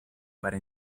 para